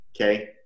Okay